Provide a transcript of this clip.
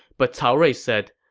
but cao rui said,